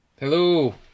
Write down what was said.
hello